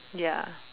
ya